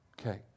Okay